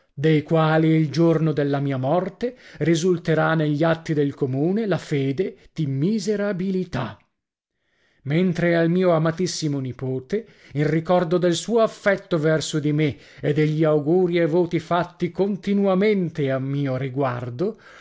dei quali il giorno della mia morte risulterà negli atti del comune la fede di miserabilità mentre al mio amatissimo nipote in ricordo del suo affetto verso di me e degli auguri e voti fatti continuamente a mio riguardo